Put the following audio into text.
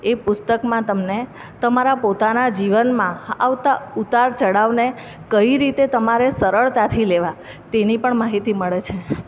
એ પુસ્તકમાં તમને તમારા પોતાના જીવનમાં આવતા ઉતાર ચઢાવને કઈ રીતે તમારે સરળતાથી લેવા તેની પણ માહિતી મળે છે